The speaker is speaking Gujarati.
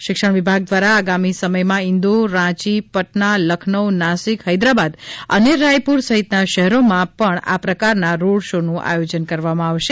શિક્ષણ વિભાગ દ્વારા આગામી સમયમા ઇંદોર રાંચી પટના લખનઉ નાસિક હૈદરાબાદ અને રાયપુર સહિતના શહેરોમાં પણ આ પ્રકાર ના રોડ શૉનું આયોજન કરવામાં આવશે